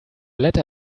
letter